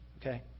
okay